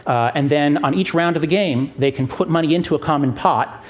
and then, on each round of the game, they can put money into a common pot,